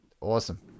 Awesome